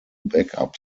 backup